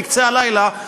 בקצה הלילה,